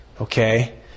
Okay